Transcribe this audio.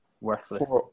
worthless